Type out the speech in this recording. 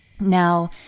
Now